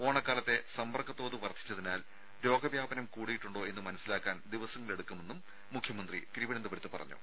ഓണക്കാലത്തെ സമ്പർക്ക തോത് വർദ്ധിച്ചതിനാൽ രോഗ വ്യാപനം വർദ്ധിച്ചിട്ടുണ്ടോ എന്നു മനസ്സിലാക്കാൻ ദിവസങ്ങളെടുക്കുമെന്നും മുഖ്യമന്ത്രി തിരുവനന്തപുരത്തു പറഞ്ഞു